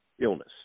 illness